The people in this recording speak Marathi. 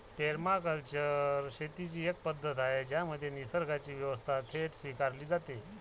पेरमाकल्चर ही शेतीची एक पद्धत आहे ज्यामध्ये निसर्गाची व्यवस्था थेट स्वीकारली जाते